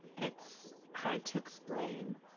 it's hard to explain.